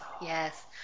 yes